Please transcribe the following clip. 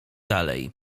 dalej